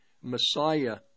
Messiah